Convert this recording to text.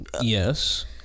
Yes